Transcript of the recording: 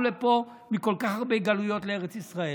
לפה מכל כך הרבה גלויות לארץ ישראל?